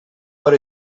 per